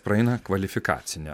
praeina kvalifikacinę